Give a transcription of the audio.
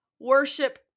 Worship